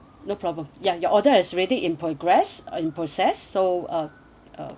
no problem ya your order has ready in progress uh in process so um uh